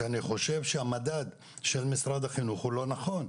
ואני חושב שהמדד של משרד החינוך הוא לא נכון.